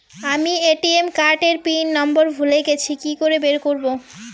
আমি ATM card এর pin number ভুলে গেছি কি করে বের করব?